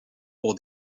pour